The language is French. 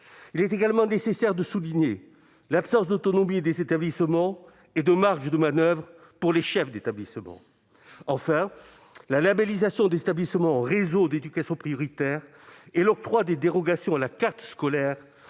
Il est également nécessaire de souligner l'absence d'autonomie des établissements et de marges de manoeuvre pour les chefs d'établissement. Enfin, la labellisation des établissements en réseau d'éducation prioritaire et l'octroi des dérogations à la carte scolaire